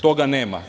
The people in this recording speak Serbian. Toga nema.